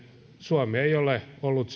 suomi ei ole ollut